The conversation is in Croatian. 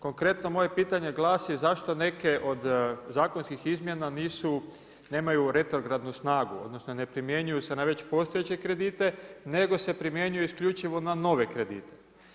Konkretno moje pitanje glasi zašto neke od zakonskih izmjena nisu, nemaju retrogradnu snagu odnosno ne primjenjuju se na već postojeće kredite nego se primjenjuju isključivo na nove kredite?